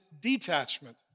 detachment